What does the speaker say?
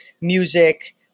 music